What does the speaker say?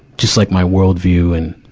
just like my worldview. and,